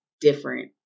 different